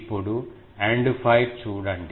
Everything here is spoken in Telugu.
ఇప్పుడు ఎండ్ ఫైర్ చూడండి